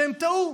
שהם טעו.